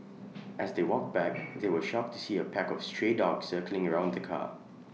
as they walked back they were shocked to see A pack of stray dogs circling around the car